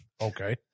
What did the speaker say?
Okay